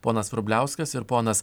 ponas vrubliauskas ir ponas